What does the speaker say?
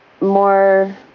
more